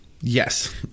yes